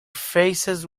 faces